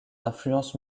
influences